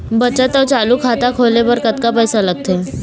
बचत अऊ चालू खाता खोले बर कतका पैसा लगथे?